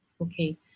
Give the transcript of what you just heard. okay